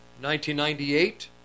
1998